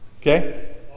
Okay